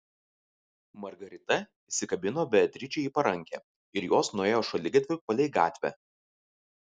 margarita įsikabino beatričei į parankę ir jos nuėjo šaligatviu palei gatvę